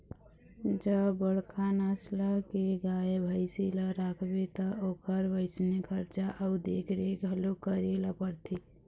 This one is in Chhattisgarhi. अब बड़का नसल के गाय, भइसी ल राखबे त ओखर वइसने खरचा अउ देखरेख घलोक करे ल परथे